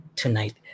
tonight